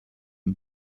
and